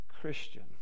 Christian